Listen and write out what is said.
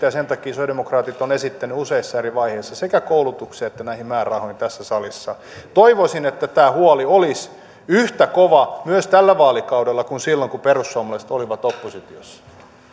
ja sen takia sosiaalidemokraatit ovat esittäneet useissa eri vaiheissa sekä koulutukseen että näihin määrärahoihin lisäystä tässä salissa toivoisin että tämä huoli olisi yhtä kova myös tällä vaalikaudella kuin silloin kun perussuomalaiset olivat oppositiossa ja